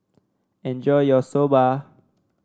enjoy your Soba